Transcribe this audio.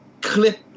clip